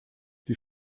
die